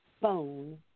phone